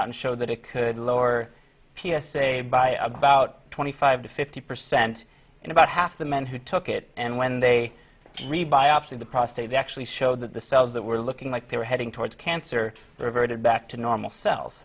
out and showed that it could lower p s a by about twenty five to fifty percent in about half the men who took it and when they re biopsy the prostate actually showed that the cells that were looking like they were heading towards cancer reverted back to normal cel